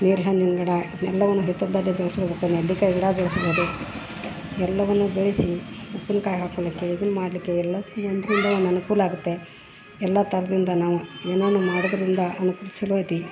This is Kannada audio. ನೇರ್ಳೆ ಹಣ್ಣಿನ ಗಿಡ ಎಲ್ಲವನ್ನು ಹಿತ್ತಲ್ದಗೆ ಬೆಳ್ಸ್ಬೋದು ನಲ್ಲಿಕಾಯಿ ಗಿಡ ಬೆಳ್ಸ್ಬೋದು ಎಲ್ಲವನ್ನು ಬೆಳೆಸಿ ಉಪ್ಪಿನ್ಕಾಯಿ ಹಾಕೊಳ್ಲಿಕ್ಕೆ ಇದನ್ನ ಮಾಡಲಿಕ್ಕೆ ಎಲ್ಲಾದಕ್ಕೂ ಒಂದು ಅನುಕೂಲ ಆಗುತ್ತೆ ಎಲ್ಲಾ ಥರ್ದಿಂದ ನಾವು ಏನನ ಮಾಡುದರಿಂದ ಅನ್ಕೂಲ ಚಲೋ ಐತಿ